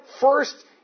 first